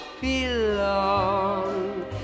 belong